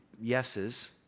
yeses